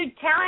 tell